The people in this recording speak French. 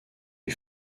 les